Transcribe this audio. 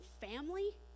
family